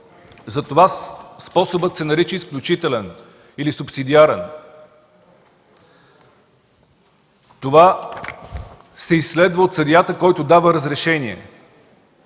Затова способът се нарича изключителен или субсидиарен. Това се изследва от съдията, който дава разрешение.